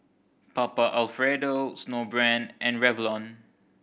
Papa Alfredo Snowbrand and Revlon